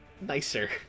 nicer